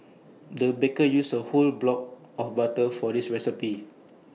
the baker used A whole block of butter for this recipe